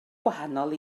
gwahanol